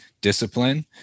discipline